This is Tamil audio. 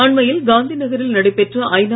அண்மையில் காந்தி நகரில் நடைபெற்ற ஐநா